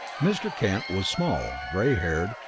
mr. kent was small, gray-haired,